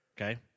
Okay